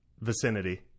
vicinity